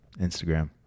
Instagram